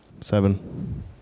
Seven